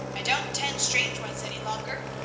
i don't tend strange ones any longer.